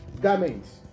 garments